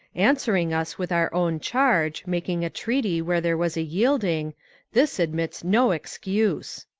answering us with our own charge making a treaty where there was a yielding this admits no excuse.